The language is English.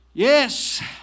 Yes